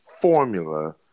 formula